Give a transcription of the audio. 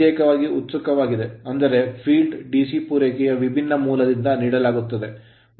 ಪ್ರತ್ಯೇಕವಾಗಿ ಉತ್ಸುಕವಾಗಿದ ಅಂದರೆ field ಕ್ಷೇತ್ರಕ್ಕೆ DC ಪೂರೈಕೆಯ ವಿಭಿನ್ನ ಮೂಲದಿಂದ ನೀಡಲಾಗುತ್ತದೆ